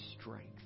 strength